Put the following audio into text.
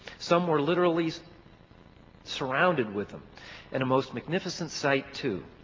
some were literally surrounded with them and a most magnificent sight too.